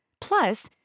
Plus